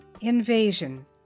Invasion